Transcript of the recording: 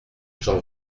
j’en